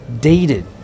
dated